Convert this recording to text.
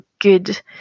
good